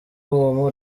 uwo